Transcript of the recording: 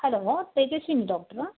hello Tejaswini ಡಾಕ್ಟ್ರಾ